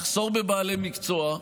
מחסור בבעלי מקצוע,